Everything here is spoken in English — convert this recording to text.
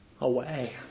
away